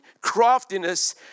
craftiness